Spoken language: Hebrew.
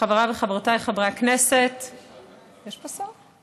חבריי וחברותיי חברי הכנסת, יש פה שר?